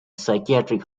psychiatric